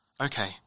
Okay